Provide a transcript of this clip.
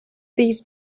these